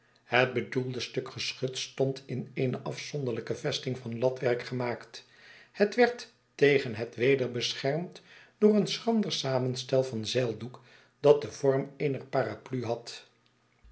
het bedoelde stuk geschut stond in eene afzonderlijke vesting van latwerk gemaakt het werd tegen het weder beschermd door een schrander samenstel van zeildoek dat den vorm eener paraplu had